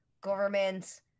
government